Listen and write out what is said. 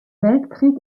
weltkrieg